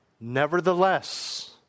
Nevertheless